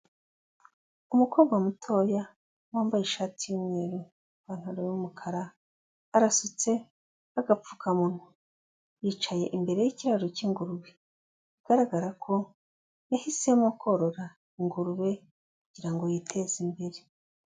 Umukobwa mutoya wambaye ishati y'umweru, ipantaro y'umukara, arasutse, n'agapfukamunwa yicaye imbere y'ikiraro cy'ingurube bigaragara ko yahisemo korora ingurube kugira ngo yiteze imbere.